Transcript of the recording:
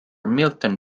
milton